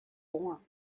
form